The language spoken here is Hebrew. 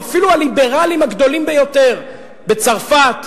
אפילו הליברלים הגדולים ביותר בצרפת,